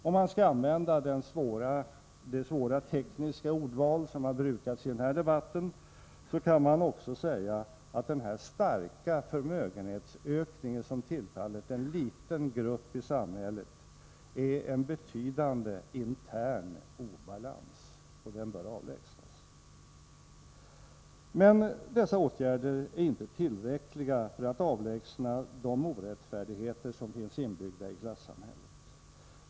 Om man skall använda det svåra tekniska ordval som har brukats i den här debatten, kan man också säga att den här starka förmögenhetsökningen, som har tillfallit en liten grupp i samhället, är en betydande intern obalans som bör avlägsnas. Dessa åtgärder är emellertid inte tillräckliga för att avlägsna de orättfärdigheter som finns inbyggda i klassamhället.